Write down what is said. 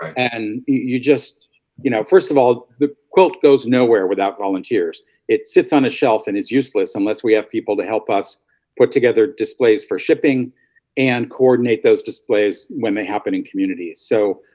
and you just you know first of all the goes nowhere without volunteers it sits on a shelf and is useless unless we have people to help us put together displays for shipping and coordinate those displays when they happen in communities, so